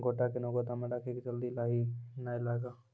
गोटा कैनो गोदाम मे रखी की जल्दी लाही नए लगा?